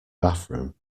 bathroom